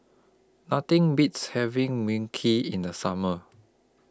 Nothing Beats having Mui Kee in The Summer